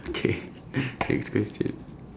okay next question